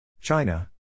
China